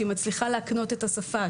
שהיא מצליחה להקנות את השפה,